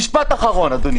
משפט אחרון, אדוני.